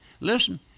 listen